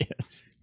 Yes